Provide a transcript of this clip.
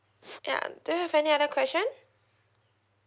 ya do you have any other question